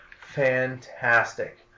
fantastic